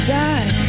die